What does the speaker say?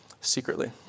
secretly